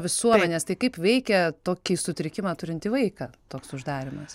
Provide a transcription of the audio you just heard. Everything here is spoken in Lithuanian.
visuomenės tai kaip veikia tokį sutrikimą turintį vaiką toks uždarymas